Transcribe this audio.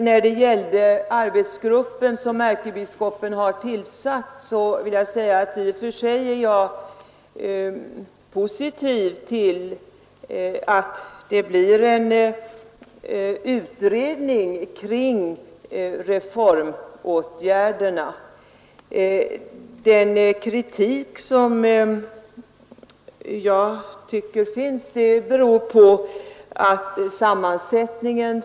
När det gäller den arbetsgrupp som ärkebiskopen har tillsatt vill jag säga att jag i och för sig är mycket positiv till att det blir en utredning kring reformåtgärderna. Den kritik som jag tycker finns beror på arbetsgruppens sammansättning.